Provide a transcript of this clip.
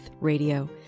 Radio